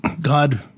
God